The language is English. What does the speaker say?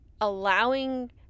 allowing